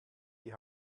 die